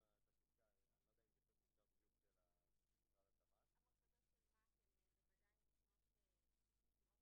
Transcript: הזכות הזאת והם כשיש התנגשות או כשאין התנגשות.